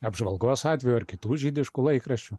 apžvalgos atveju ar kitų žydiškų laikraščių